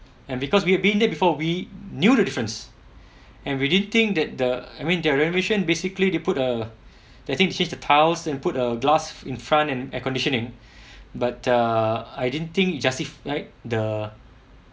and because we've been there before we knew the difference and we did think that the I mean their renovation basically they put a I think change the tiles and put a glass in front and air conditioning but err I didn't think it justify the